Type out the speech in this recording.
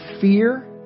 fear